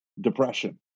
depression